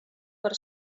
per